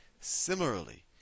Similarly